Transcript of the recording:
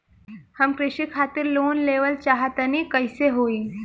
हम कृषि खातिर लोन लेवल चाहऽ तनि कइसे होई?